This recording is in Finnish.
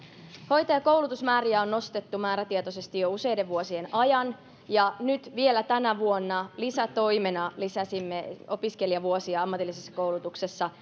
hoitajakoulutusmääriä on nostettu määrätietoisesti jo useiden vuosien ajan ja nyt vielä tänä vuonna lisätoimena lisäsimme opiskelijavuosia ammatillisessa koulutuksessa